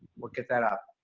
we'll get that up.